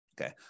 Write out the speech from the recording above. Okay